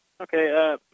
Okay